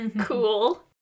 Cool